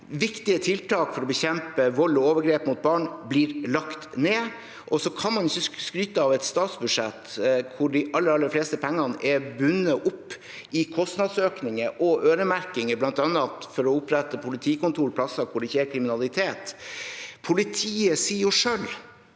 Viktige tiltak for å bekjempe vold og overgrep mot barn blir lagt ned, og så kan man alltids skryte av et statsbudsjett hvor de aller, aller fleste pengene er bundet opp i kostnadsøkninger og øremerkinger bl.a. for å opprette politikontorplasser hvor det ikke er kriminalitet. Politiet sier selv